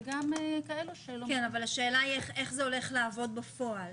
וגם כאלה שלומדים --- איך זה הולך לעבוד בפועל?